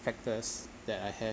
factors that I have